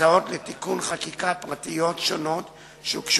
הצעות פרטיות שונות לתיקון חקיקה שהגישו